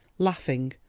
laughing,